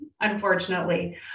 unfortunately